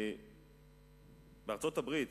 בארצות-הברית